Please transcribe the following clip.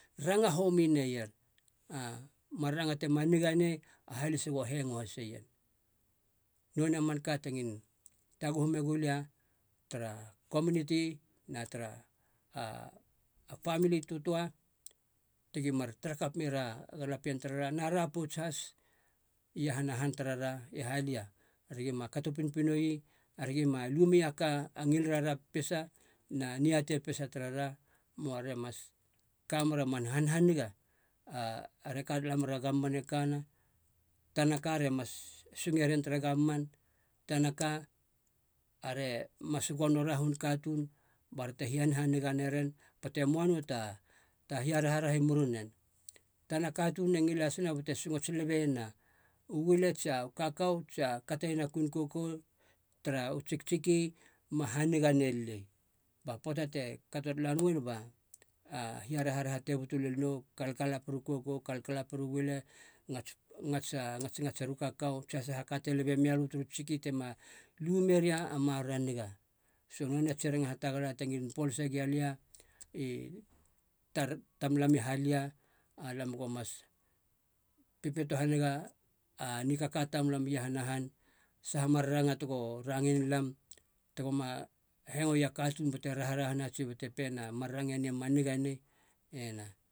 Ranga homi neier aa mar ranga tema niga nei a halis go hengo haseien. Nonei a manka te ngilin taguhu megulia tara komuniti na tara a- a famili tötöa tegi mar tara kap mera galapien tarara na ra pouts has iahana han tarara i halia. Aragi ma kato pinpinoi ara gima lu mia a ka a ngili rara pesa na niatei pesa tarara, moa re mas ka mera man hanhaniga a- ara e ka tala mer a gomman e kana. Tanaka re mas singe ren tere gomman, tanaka are mas gonora hun katuun bara te hia hanhaniga neren bate moa nou ta- ta hia raharaha i muri nen. Tana katuun e ngil hasina bate songots lebeiena uile tsia kakau tsia kateiena kuin kokou tara u tsiktsiki ma haniga nellei ba poata te kato tala noen ba a hia rarara te butu lel nou, kalkalaper u kokou, kalkalaper uile ngats ngats a- ngatsnga tser u kakau tsi a saha ka te lebe mialö turu tsiktsiki tema lue meria a maroro a niga. So nonei a tsi raranga hatagala te ngilin polase gia lia i tar tamlam i halia, alam go mas pepeto haniga a ni kaka tamlam iahana han, saha mar ranga tego rangein lam tego ma hengo ia katuun bate raharahana tsi bate peiena mar range ni ma niga nei, hena.